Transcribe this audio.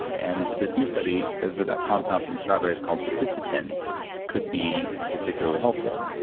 and this new study says that that compound from strawberries called ficitin could be particularly helpful.